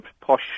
posh